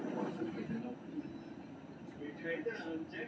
soybean के प्रयोग सं स्त्रिगण के मासिक धर्म ठीक रहै छै